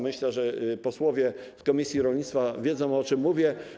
Myślę, że posłowie z komisji rolnictwa wiedzą, o czym mówię.